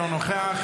אינו נוכח,